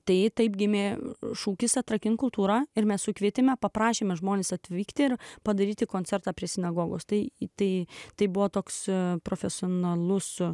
tai taip gimė šūkis atrakink kultūra ir mes sukvietėme paprašėme žmones atvykti ir padaryti koncertą prie sinagogos tai į tai tai buvo toks profesionalus